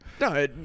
no